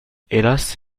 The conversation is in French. hélas